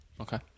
Okay